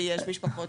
ויש משפחות